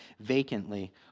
vacantly